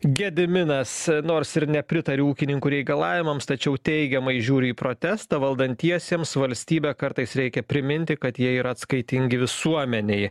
gediminas nors ir nepritariu ūkininkų reikalavimams tačiau teigiamai žiūri į protestą valdantiesiems valstybę kartais reikia priminti kad jie yra atskaitingi visuomenei